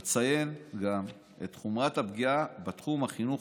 אציין גם את חומרת הפגיעה בתחום החינוך